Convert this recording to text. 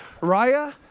Raya